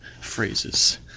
phrases